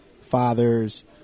fathers